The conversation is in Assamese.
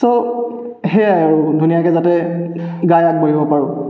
ছ' সেয়াই আৰু ধুনীয়াকৈ যাতে গাই আগবাঢ়িব পাৰোঁ